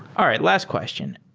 all right, last question